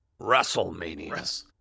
Wrestlemania